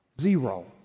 Zero